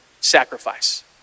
sacrifice